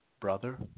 Brother